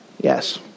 Yes